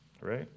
right